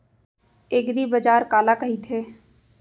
एगरीबाजार काला कहिथे?